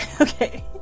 okay